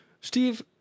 Steve